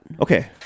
Okay